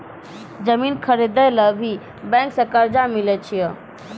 जमीन खरीदे ला भी बैंक से कर्जा मिले छै यो?